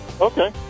Okay